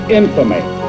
infamy